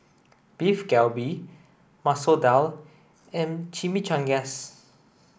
Beef Galbi Masoor Dal and Chimichangas